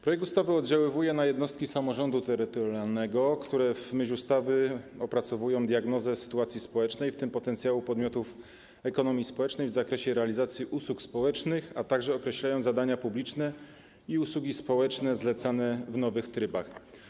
Projekt ustawy oddziałuje na jednostki samorządu terytorialnego, które w myśl ustawy opracowują diagnozę sytuacji społecznej, w tym potencjału podmiotów ekonomii społecznej w zakresie realizacji usług społecznych, a także określają zadania publiczne i usługi społeczne zlecane w nowych trybach.